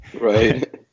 Right